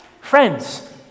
Friends